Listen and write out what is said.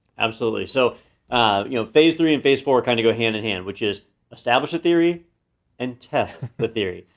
absolutely, so ah you know phase three and phase four kinda go hand in hand, which is establish a theory and test the theory.